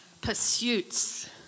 pursuits